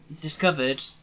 discovered